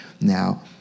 now